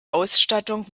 ausstattung